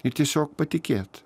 ir tiesiog patikėt